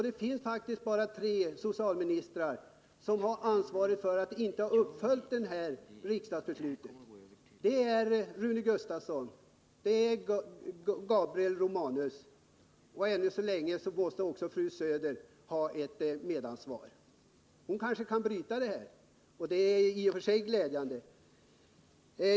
Det finns faktiskt bara tre socialministrar som har ansvaret för att inte ha följt upp det här riksdagsbeslutet. Det är Rune Gustavsson, Gabriel Romanus och fru Söder som ännu så länge måste ha ett medansvar. Hon kanske kan bryta detta, och det är i och för sig glädjande.